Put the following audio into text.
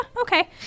okay